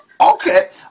okay